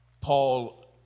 Paul